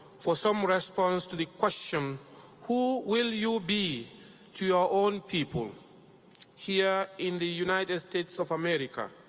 for some response to the question who will you be to your own people here in the united states of america,